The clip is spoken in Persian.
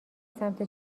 سمت